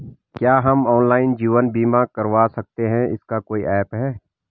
क्या हम ऑनलाइन जीवन बीमा करवा सकते हैं इसका कोई ऐप है?